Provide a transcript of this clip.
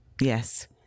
Yes